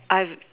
I've